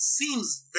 seems